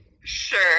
Sure